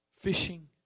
fishing